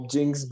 Jinx